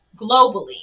globally